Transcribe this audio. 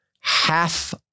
Half